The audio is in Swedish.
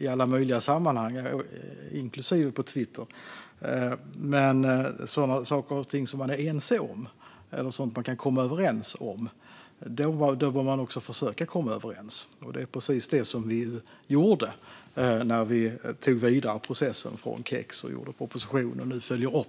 i alla möjliga sammanhang dryfta sådant man är oense om, inklusive på Twitter. Men där vi kan komma överens ska vi också försöka komma överens, och det var precis det vi gjorde när vi tog vidare processen från KEX till den proposition vi nu följer upp.